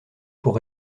pour